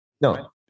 No